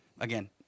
again